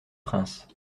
princes